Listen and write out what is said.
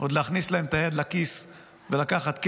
עוד להכניס להם את היד לכיס ולקחת להם